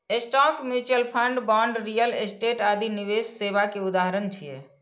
stock, mutual fund, bond, real estate आदि निवेश सेवा के उदाहरण छियै